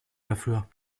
dafür